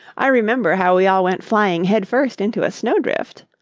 i remember how we all went flying head first into a snow drift.